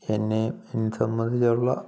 എന്നെ സംബന്ധിച്ചുള്ള